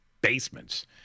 basements